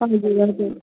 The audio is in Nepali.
हजुर हजुर